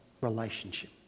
relationship